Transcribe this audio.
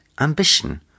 ambition